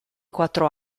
quattro